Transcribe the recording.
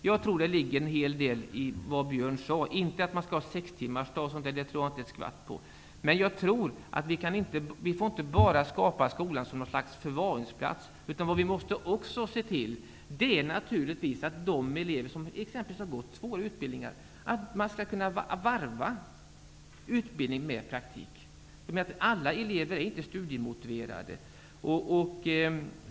Jag tror att det ligger en hel del i det Björn Samuelson sade. Jag tror inte att vi skall ha sextimmarsdag o.d., och vi får inte bara skapa skolan till någon slags förvaringsplats. Vi måste också se till att de elever som t.ex. har gått tvååriga utbildningar kan varva utbildning med praktik. Alla elever är inte studiemotiverade.